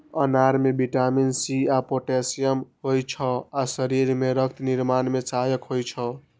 अनार मे vitamin C, K आ पोटेशियम होइ छै आ शरीर मे रक्त निर्माण मे सहायक होइ छै